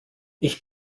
ich